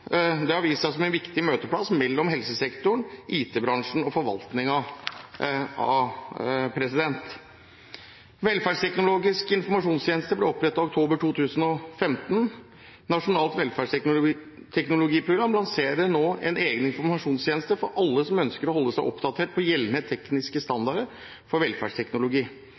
Det har vist seg som en viktig møteplass for helsesektoren, IT-bransjen og forvaltningen. Velferdsteknologisk informasjonstjeneste ble opprettet i oktober 2015. Nasjonalt velferdsteknologiprogram lanserer nå en egen informasjonstjeneste for alle som ønsker å holde seg oppdatert på gjeldende tekniske standarder for velferdsteknologi,